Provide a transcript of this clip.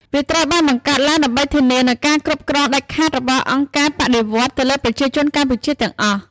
វាត្រូវបានបង្កើតឡើងដើម្បីធានានូវការគ្រប់គ្រងដាច់ខាតរបស់អង្គការបដិវត្តន៍ ទៅលើប្រជាជនកម្ពុជាទាំងអស់។